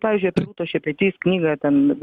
pavyzdžiui apie rūtos šepetys knygą ten